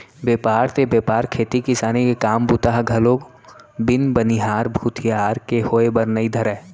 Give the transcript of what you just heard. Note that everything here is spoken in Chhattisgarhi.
बेपार ते बेपार खेती किसानी के काम बूता ह घलोक बिन बनिहार भूथियार के होय बर नइ धरय